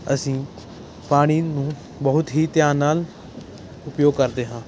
ਅਸੀਂ ਪਾਣੀ ਨੂੰ ਬਹੁਤ ਹੀ ਧਿਆਨ ਨਾਲ ਉਪਯੋਗ ਕਰਦੇ ਹਾਂ